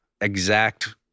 exact